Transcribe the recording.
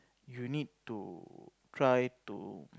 you need to try to